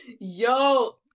Yo